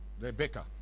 Rebecca